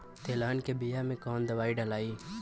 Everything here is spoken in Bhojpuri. तेलहन के बिया मे कवन दवाई डलाई?